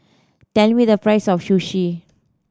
tell me the price of Sushi